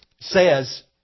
says